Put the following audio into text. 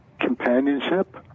companionship